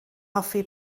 hoffi